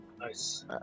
Nice